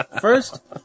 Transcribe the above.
First